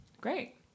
great